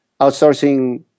outsourcing